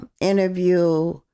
interview